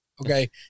Okay